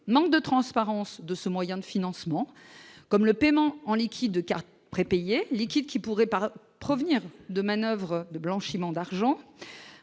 manque de transparence de ce moyen de financement comme le paiement en liquide de cartes prépayées liquide qui pourrait paraît provenir de manoeuvres de blanchiment d'argent,